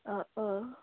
অঁ অঁ